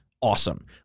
awesome